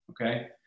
okay